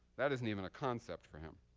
that isn't even a concept for him.